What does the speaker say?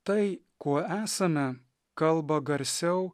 tai kuo esame kalba garsiau